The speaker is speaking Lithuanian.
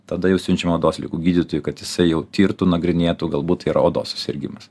tada jau siunčiame odos ligų gydytojų kad jisai jau tirtų nagrinėtų galbūt tai yra odos susirgimas